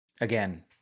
again